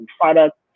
products